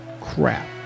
Crap